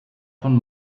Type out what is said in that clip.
von